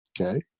okay